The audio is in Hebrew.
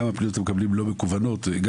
כמה פניות אתם מקבלים לא מקוונות גם